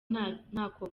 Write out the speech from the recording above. ntako